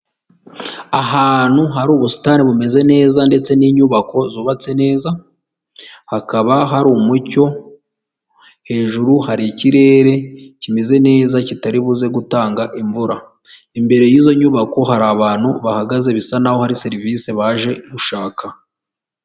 Ahantu hari ubusitani bumeze neza ndetse n'inyubako zubatse neza, hakaba hari umucyo, hejuru hari ikirere kimeze neza kitari buze gutanga imvura, imbere y'izo nyubako hari abantu bahagaze bisa naho hari serivisi baje gushaka.